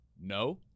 no